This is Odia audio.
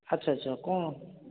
ଆଚ୍ଛା ଆଚ୍ଛା ଆଉ କ'ଣ